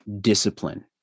discipline